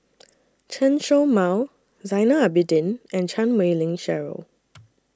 Chen Show Mao Zainal Abidin and Chan Wei Ling Cheryl